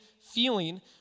feeling